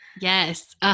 Yes